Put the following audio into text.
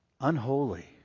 unholy